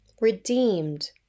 redeemed